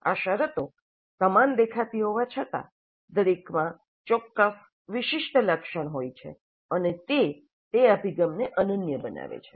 આ શરતો સમાન દેખાતી હોવા છતાં દરેકમાં ચોક્કસ વિશિષ્ટ લક્ષણ હોય છે અને તે તે અભિગમને અનન્ય બનાવે છે